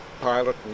pilot